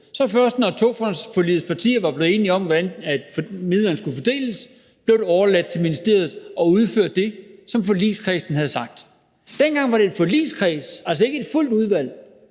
Så først når Togfonden DK-forligets partier var blevet enige om, hvordan midlerne skulle fordeles, blev det overladt til ministeriet at udføre det, som forligskredsen havde sagt. Dengang var det en forligskreds, altså ikke et helt udvalg,